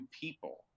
people